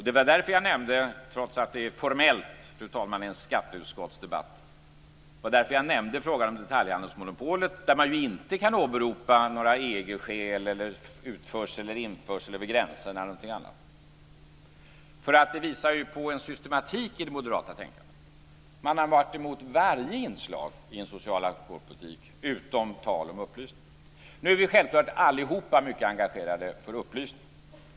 Det var därför jag nämnde - trots att detta, fru talman, formellt är en skatteutskottsdebatt - frågan om detaljhandelsmonopolet, där man inte kan åberopa några EG-skäl, utförsel eller införsel över gränserna eller något annat. Det visar på en systematik i det moderata tänkandet. Moderaterna har varit emot varje inslag i en social alkoholpolitik, utom tal om upplysning. Nu är självklart alla mycket engagerade för upplysning.